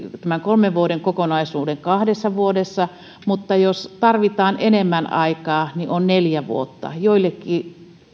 tämän kolmen vuoden kokonaisuuden kahdessa vuodessa mutta jos tarvitaan enemmän aikaa niin on neljä vuotta joillekin